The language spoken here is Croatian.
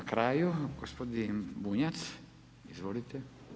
Na kraju, gospodin Bunjac, izvolite.